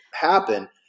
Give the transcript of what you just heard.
happen